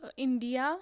India